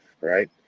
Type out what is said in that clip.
right